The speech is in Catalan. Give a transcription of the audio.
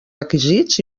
requisits